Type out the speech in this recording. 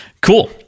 cool